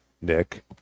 Nick